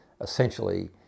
essentially